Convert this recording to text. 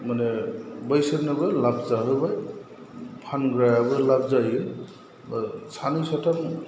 माने बैसोरनोबो लाब जाहोबाय फानग्रायाबो लाब जायो बा सानै साथाम